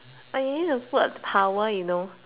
power you know